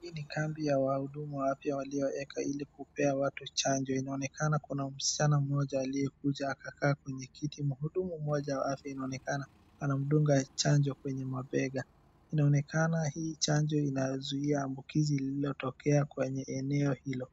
Hii ni kambi ya wahudumu wa afya walioeka ili kupea watu chanjo. Inaonekana kuna msichana mmoja aliyekuja akakaa kwenye kiti. Mhudumu mmoja wa afya inaonekana anamdunga chanjo kwenye mabega. Inaonekana hii chanjo inazuia ambukizi lililotokea kwenye eneo hilo.